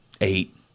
eight